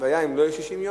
אם לא יהיה ב-60 יום,